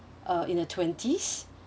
uh in the twenties